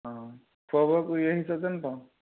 অঁ খোৱা বোৱা কৰি আহিছা যেন পাওঁ